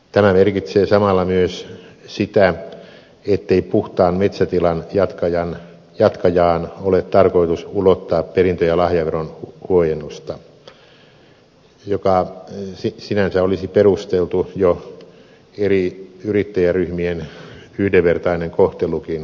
tämä merkitsee samalla myös sitä ettei puhtaan metsätilan jatkajaan ole tarkoitus ulottaa perintö ja lahjaveron huojennusta joka sinänsä olisi perusteltua jo eri yrittäjäryhmien yhdenvertainen kohtelukin huomioon ottaen